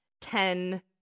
Ten